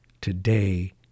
today